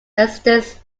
existence